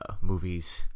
movies